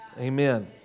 Amen